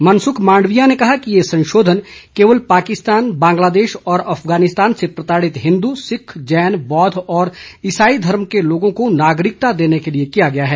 मनसुख मांडविया ने कहा कि ये संशोधन केवल पाकिस्तान बांग्लादेश और अफगानिस्तान से प्रताड़ित हिंदु सिक्ख जैन बौद्व और इसाई धर्म के लोगों को नागरिकता देने के लिए किया गया है